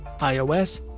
iOS